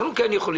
אנחנו כן יכולים,